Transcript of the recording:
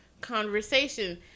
conversation